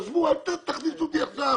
עזבו, אל תכניסו אותי עכשיו